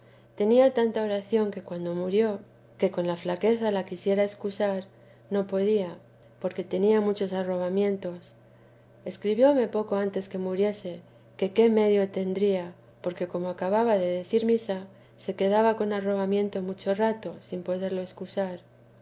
tenía tanta oración que cuando murió que con la gran flaqueza la quisiera excusar no podía porque tenía muchos arrobamientos escribióme poco antes que muriese que qué medio ternia porque como acababa de decir misa se quedaba con arrobamiento mucho rato sin poderlo excusar